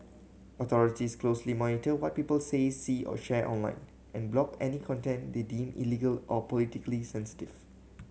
authorities closely monitor what people say see or share online and block any content they deem illegal or politically sensitive